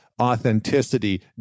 authenticity